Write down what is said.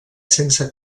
sense